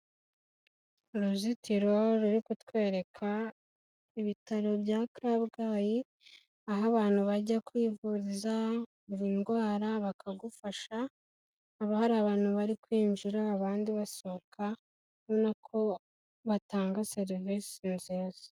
Uruzitiro ruri kutwereka ibitaro bya Kabgayi, aho abantu bajya kwivuriza buri ndwara bakagufasha, haba hari abantu bari kwinjira, abandi basohoka ubona ko batanga serivisi nziza.